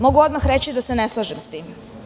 Mogu odmah reći da se ne slažem sa tim.